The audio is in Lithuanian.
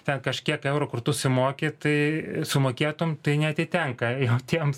ten kažkiek eurų kur tu sumoki tai sumokėtum tai neatitenka jau tiems